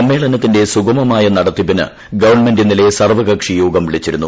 സമ്മേളനത്തിന്റെ സുഗമമായ നടത്തിപ്പിന് ഗവൺമെന്റ് ഇന്നലെ സർവ്വകക്ഷിയോഗം വിളിച്ചിരുന്നു